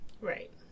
Right